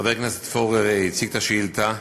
חבר הכנסת פורר הציג את השאילתה,